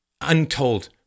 untold